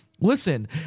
Listen